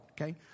okay